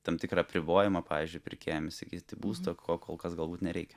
tam tikrą apribojimą pavyzdžiui pirkėjams įsigyti būstą ko kol kas galbūt nereikia